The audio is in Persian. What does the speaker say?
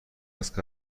است